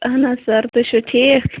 اہَن حظ سَر تُہۍ چھُو ٹھیٖک